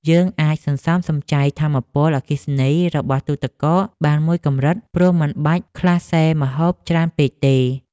យើងអាចសន្សំសំចៃថាមពលអគ្គិសនីរបស់ទូទឹកកកបានមួយកម្រិតព្រោះមិនបាច់ក្លាសេម្ហូបច្រើនពេកទេ។